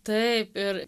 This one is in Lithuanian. taip ir